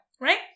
right